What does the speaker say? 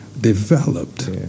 developed